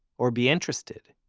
or be interested.